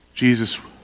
Jesus